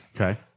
Okay